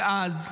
ואז,